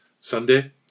Sunday